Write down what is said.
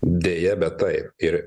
deja bet taip ir